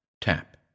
tap